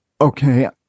okay